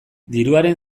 diruaren